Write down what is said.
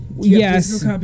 yes